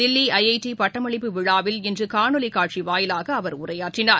தில்லிஐஐடி பட்டமளிப்பு விழாவில் இன்றுகாணொலிகாட்சிவாயிலாகஅவர் உரையாற்றினார்